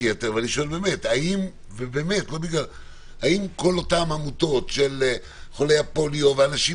האם כל אותן עמותות של חולי הפוליו ואנשים